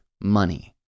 money